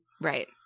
Right